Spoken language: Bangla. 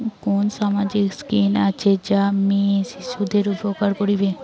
কুন সামাজিক স্কিম আছে যা মেয়ে শিশুদের উপকার করিবে?